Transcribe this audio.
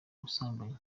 ubusambanyi